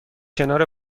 کنار